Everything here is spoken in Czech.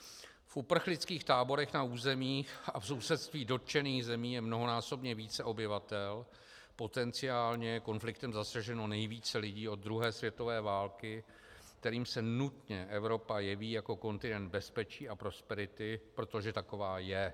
V uprchlických táborech na území a v sousedství dotčených zemí je mnohonásobně více obyvatel potenciálně konfliktem zasaženo nejvíce lidí od druhé světové války, kterým se nutně Evropa jeví jako kontinent bezpečí a prosperity, protože taková je.